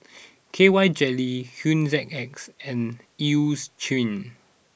K Y Jelly Hygin X and Eucerin